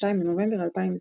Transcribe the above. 2 בנובמבר 2020